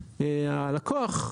הלקוח,